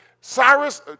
Cyrus